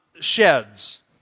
Sheds